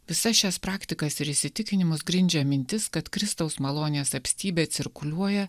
visas šias praktikas ir įsitikinimus grindžia mintis kad kristaus malonės apstybė cirkuliuoja